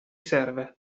serve